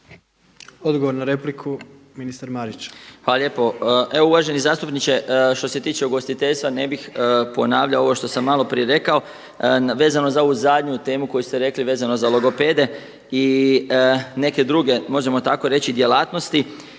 Odgovor na repliku ministar Marić. **Marić, Zdravko** Hvala lijepo. Evo uvaženi zastupniče što se tiče ugostiteljstva ne bih ponavljao ovo što sam maloprije rekao vezao za ovu zadnju temu koju ste rekli, vezano za logopede i neke druge možemo tako reći djelatnosti.